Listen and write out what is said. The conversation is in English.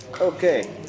Okay